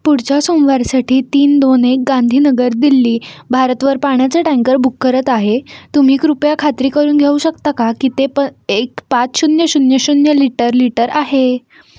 पुढच्या सोमवारसाठी तीन दोन एक गांधीनगर दिल्ली भारतवर पाण्याचं टँकर बुक करत आहे तुम्ही कृपया खात्री करून घेऊ शकता का की ते प एक पाच शून्य शून्य शून्य लिटर लिटर आहे